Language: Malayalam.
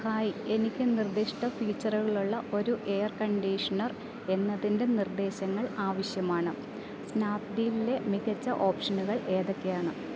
ഹായ് എനിക്ക് നിർദ്ദിഷ്ട ഫീച്ചറുകളുള്ള ഒരു എയർ കണ്ടീഷ്ണർ എന്നതിന്റെ നിർദ്ദേശങ്ങൾ ആവശ്യമാണ് സ്നാപ്ഡീലിലെ മികച്ച ഓപ്ഷനുകൾ ഏതൊക്കെയാണ്